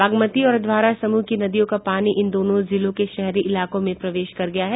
बागमती और अधवारा समूह की नदियों का पानी इन दोनों जिलों के शहरी इलाकों में प्रवेश कर गया है